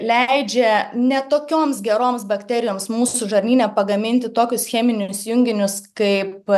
leidžia ne tokioms geroms bakterijoms mūsų žarnyne pagaminti tokius cheminius junginius kaip